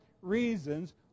reasons